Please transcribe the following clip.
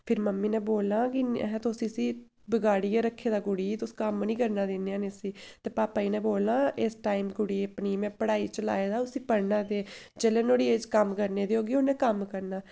फिर मम्मी ने बोलना कि अहें तुस इस्सी बगाड़ियै रक्खे दा कुड़ी गी तुस कम्म निं करना दिन्ने होन्नें इस्सी ते पापा जी ने बोलना इस टाइम कुड़ी अपनी गी में पढ़ाई च लाए दा ऐ उस्सी पढ़ना दे जेल्लै नुआढ़ी एज कम्म करने दी होगी उ'न्नै कम्म करना